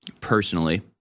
personally